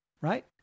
Right